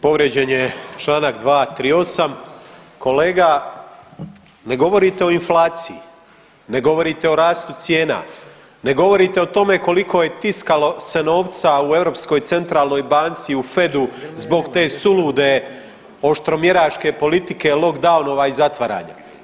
Povrijeđen je čl. 238. kolega ne govorite o inflaciji, ne govorite o rastu cijena, ne govorite o tome koliko je tiskalo se novca u Europskoj centralnoj banci u FED-u zbog te sulude oštromjeraške politike, lockdownova i zatvaranja.